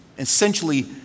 Essentially